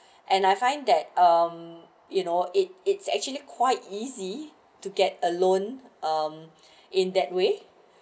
and I find that um you know it it's actually quite easy to get a loan um in that way